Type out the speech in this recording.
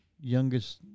youngest